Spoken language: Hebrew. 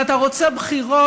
אתה רוצה בחירות,